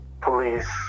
police